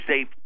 safe